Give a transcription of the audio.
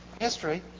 history